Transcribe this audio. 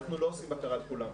אנחנו לא עושים בקרה על כולם.